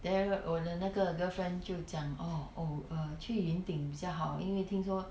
then 我的那个 girlfriend 就讲 oh oh err 去云顶比较好因为听说